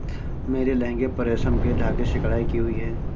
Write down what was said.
मेरे लहंगे पर रेशम के धागे से कढ़ाई की हुई है